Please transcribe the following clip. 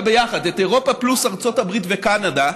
ביחד את אירופה פלוס ארצות הברית וקנדה,